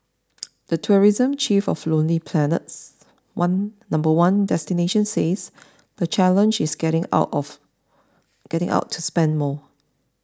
the tourism chief of Lonely Planet's one number one destination says the challenge is getting out of getting out to spend more